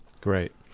Great